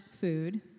food